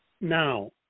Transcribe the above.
now